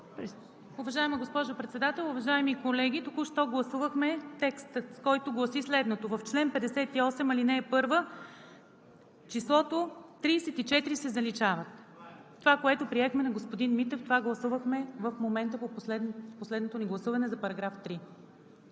Уважаема госпожо Председател, уважаеми колеги! Току-що гласувахме текста, който гласи следното: „В чл. 58, ал. 1 „числото 34 се заличава“.“ Това, което приехме на господин Митев, това гласувахме в момента, последното ни гласуване за § 3.